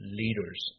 leaders